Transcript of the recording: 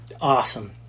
Awesome